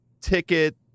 ticket